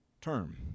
term